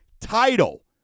title